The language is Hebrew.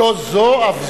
לא זוֹ אף זוֹ.